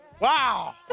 Wow